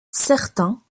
certains